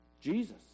Jesus